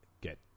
get